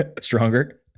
Stronger